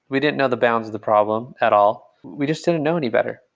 we didn't know the bounds of the problem at all. we just didn't know any better.